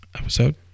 episode